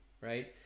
right